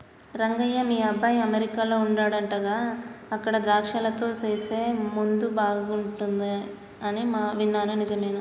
రంగయ్య మీ అబ్బాయి అమెరికాలో వుండాడంటగా అక్కడ ద్రాక్షలతో సేసే ముందు బాగుంటది అని విన్నాను నిజమేనా